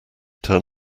turn